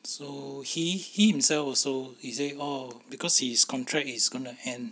so he himself also he say oh because his contract is gonna end